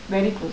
very close